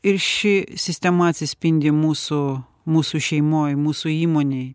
ir ši sistema atsispindi mūsų mūsų šeimoj mūsų įmonėj